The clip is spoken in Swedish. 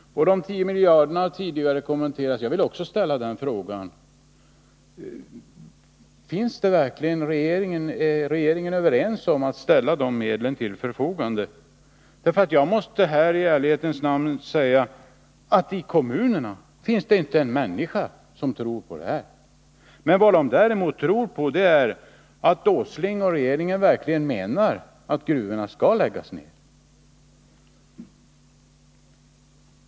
De 10 miljarderna har tidigare kommenterats. Jag vill också ställa frågan: Är regeringen verkligen överens om att ställa de medlen till förfogande? Jag måste i ärlighetens namn säga att i kommunerna finns det inte en människa som tror på det. Vad man däremot tror är att industriminister Åsling och regeringen verkligen menar att gruvorna skall läggas ned.